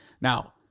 Now